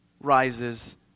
rises